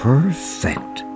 Perfect